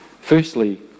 Firstly